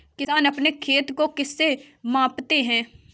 किसान अपने खेत को किससे मापते हैं?